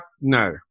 no